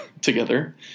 together